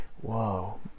Whoa